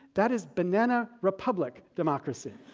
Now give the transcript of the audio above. that is banana republic democracy.